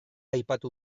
aipatu